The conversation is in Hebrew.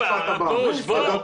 הרב פורוש,